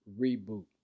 reboot